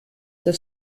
der